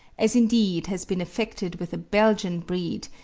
as indeed has been effected with a belgian breed,